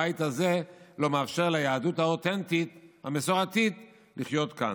הבית הזה לא מאפשר ליהדות המסורתית האותנטית לחיות כאן.